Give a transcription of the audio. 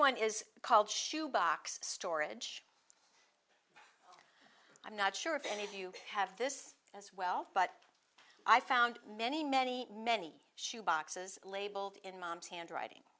one is called shoe box storage i'm not sure if any of you have this as well but i found many many many shoe boxes labeled in mom's handwriting